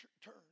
turn